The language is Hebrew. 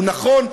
הוא נכון,